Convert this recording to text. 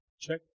Check